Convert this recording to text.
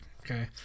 okay